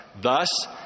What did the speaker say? Thus